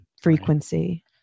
frequency